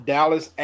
Dallas